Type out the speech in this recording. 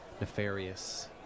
nefarious